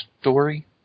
story